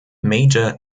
major